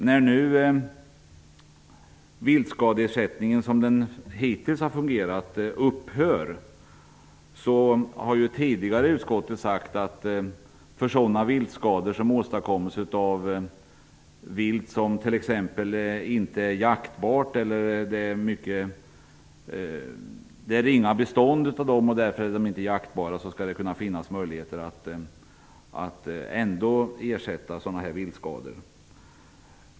När nu viltskadeersättningen upphör på det sätt som den hittills har fungerat har utskottet sagt, att sådana viltskador som åstadkoms av vilt som t.ex. på grund av ringa bestånd inte är jaktbart skall det finnas möjligheter att ersätta.